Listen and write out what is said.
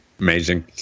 Amazing